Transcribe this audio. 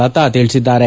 ಲತಾ ತಿಳಿಸಿದ್ದಾರೆ